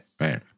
right